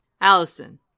allison